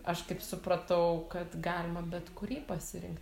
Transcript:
aš kaip supratau kad galima bet kurį pasirinkt